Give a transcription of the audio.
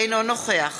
אינו נוכח